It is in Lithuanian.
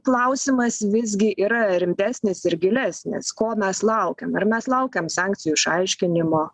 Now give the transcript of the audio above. klausimas visgi yra rimtesnis ir gilesnis ko mes laukiam ar mes laukiam sankcijų išaiškinimo